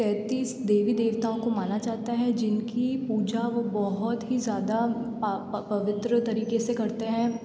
तैंतीस देवी देवताओं को माना जाता है जिनकी पूजा वो बहुत ही ज़्यादा पवित्र तरीके से करते हैं